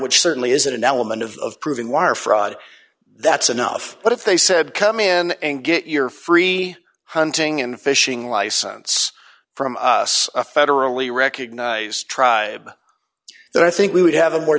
which certainly is an element of proving wire fraud that's enough but if they said come in and get your free hunting and fishing license from us a federally recognized tribe then i think we would have a more